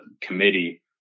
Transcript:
committee